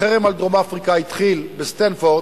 החרם על דרום-אפריקה התחיל בסטנפורד,